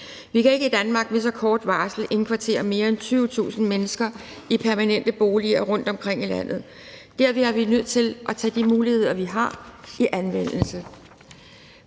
Vi kan ikke i Danmark med så kort varsel indkvartere mere end 20.000 mennesker i permanente boliger rundtomkring i landet. Der er vi nødt til at tage de muligheder, vi har, i anvendelse.